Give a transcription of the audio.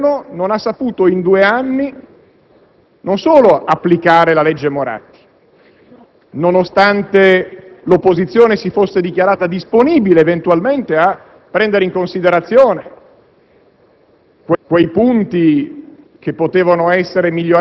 è tornata perché questo Governo, in due anni, non solo non ha saputo applicare la legge Moratti, nonostante l'opposizione si fosse dichiarata disponibile, eventualmente, a prendere in considerazione